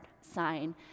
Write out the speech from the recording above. sign